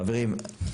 חברים,